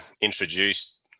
introduced